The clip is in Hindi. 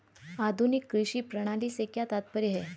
आधुनिक कृषि प्रणाली से क्या तात्पर्य है?